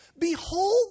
Behold